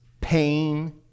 pain